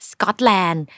Scotland